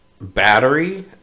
Battery